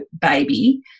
baby